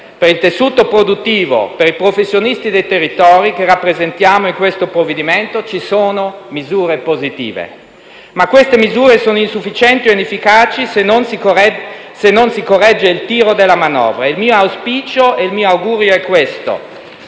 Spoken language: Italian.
per il tessuto produttivo, per i professionisti dei territori che rappresentiamo, nel provvedimento in discussione ci sono misure positive, ma queste sono insufficienti o inefficaci se non si corregge il tiro della manovra. Il mio auspicio è il seguente: